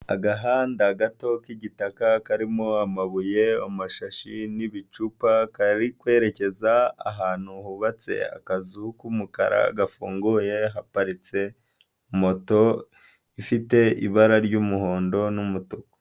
Agahanda gato k'igitaka karimo amabuye, amashashi n'ibicupa kari kwerekeza ahantu hubatse akazu k'umukara gafunguye haparitse moto ifite ibara ry'umuhondo n'umutuku.